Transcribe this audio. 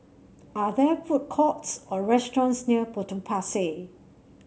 are there food courts or restaurants near Potong Pasir